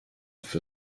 für